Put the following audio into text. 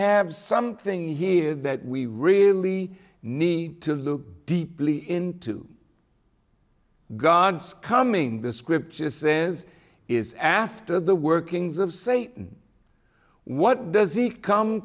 have something here that we really need to look deeply into god's coming the scripture says is after the workings of satan what does he come